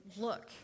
look